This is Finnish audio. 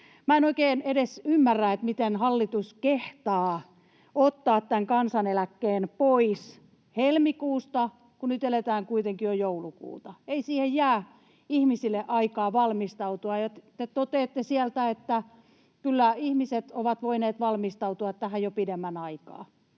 en oikein edes ymmärrä, miten hallitus kehtaa ottaa tämän kansaneläkkeen pois helmikuusta alkaen, kun nyt eletään kuitenkin jo joulukuuta. Ei siihen jää ihmisille aikaa valmistautua, ja te toteatte sieltä, että kyllä ihmiset ovat voineet valmistautua tähän jo pidemmän aikaa